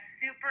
super